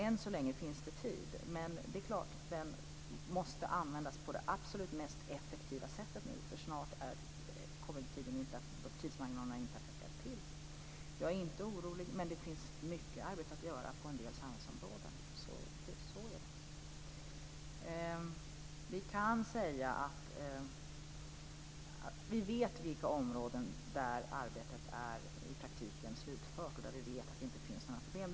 Än så länge finns det tid. Men det är klart att den måste användas på det absolut mest effektiva sättet, för snart kommer tidsmarginalerna inte att räcka till. Jag är inte orolig, men det finns mycket arbete att göra på en del samhällsområden. Vi vet på vilka områden som arbetet i praktiken är slutfört, att det inte finns några problem.